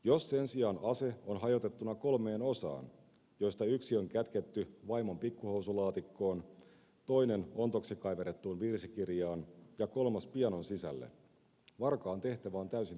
jos sen sijaan ase on hajotettuna kolmeen osaan joista yksi on kätketty vaimon pikkuhousulaatikkoon toinen ontoksi kaiverrettuun virsikirjaan ja kolmas pianon sisälle varkaan tehtävä on täysin toivoton